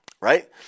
Right